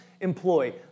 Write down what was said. employ